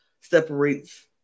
separates